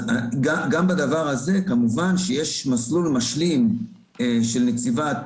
אז גם בדבר הזה, כמובן שיש מסלול משלים של נציבת